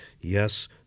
Yes